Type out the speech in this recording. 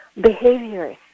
Behaviors